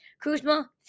Kuzma